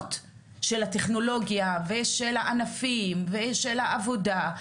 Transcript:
הסכנות של הטכנולוגיה ושל הענפים ושל העבודה,